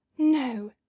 No